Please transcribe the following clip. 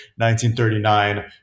1939